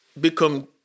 become